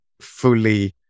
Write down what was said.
fully